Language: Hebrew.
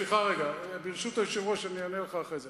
סליחה, ברשות היושב-ראש אני אענה לך אחרי זה.